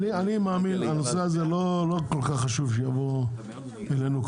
- הנושא הזה לא כל כך חשוב שיבוא אלינו.